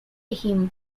him